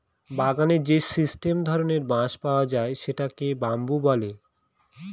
বাগানে যে স্টেম ধরনের বাঁশ পাওয়া যায় সেটাকে বাম্বু বলে